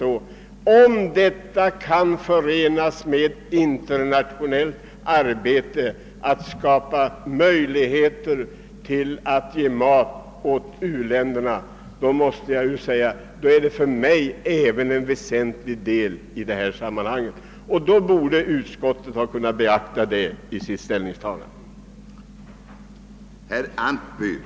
Och om detta kan förenas med ett internationellt arbete som syftar till att öka u-ländernas försörjningsmöjligheter, så är det för mig en mycket väsentlig sak i sammanhanget. Den anser jag också att utskottet borde ha beaktat vid sitt ställningstagande i denna fråga.